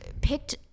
picked